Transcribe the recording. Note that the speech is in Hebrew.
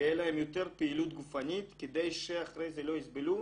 שיהיה להם יותר פעילות גופנית כדי שאחרי זה לא יסבלו.